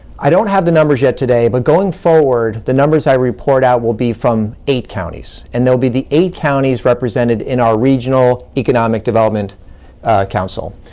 i don't have the numbers yet today, but going forward the numbers i report out will be from eight counties. and they'll be the eight counties represented in our regional economic development council.